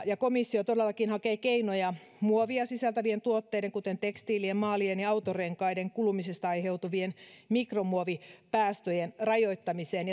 ja komissio todellakin hakee keinoja muovia sisältävien tuotteiden kuten tekstiilien maalien ja autonrenkaiden kulumisesta aiheutuvien mikromuovipäästöjen rajoittamiseen